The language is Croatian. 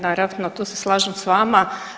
Naravno tu se slažem s vama.